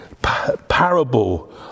parable